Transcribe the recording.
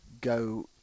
go